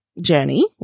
journey